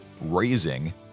raising